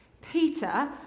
Peter